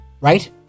Right